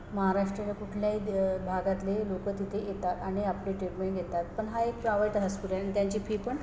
महाराष्ट्राच्या कुठल्याही द भागातले लोक तिथे येतात आणि आपले ट्रीटमेंट घेतात पण हा एक प्रावेट हॉस्पिटल आणि त्यांची फी पण